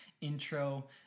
intro